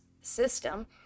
system